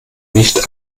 nicht